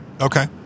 Okay